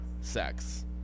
sex